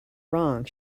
wrong